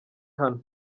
hano